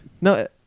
No